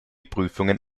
prüfungen